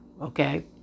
Okay